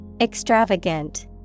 Extravagant